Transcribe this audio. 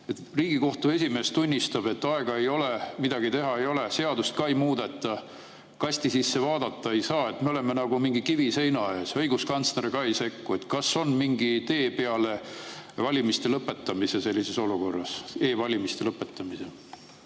Riigikohtu esimees tunnistab, et aega ei ole, midagi teha ei ole, seadust ka ei muudeta, kasti sisse vaadata ei saa. Me oleme nagu mingi kiviseina ees. Õiguskantsler ka ei sekku. Kas on mingi tee peale e‑valimiste lõpetamise sellises olukorras? Aitäh, juhataja!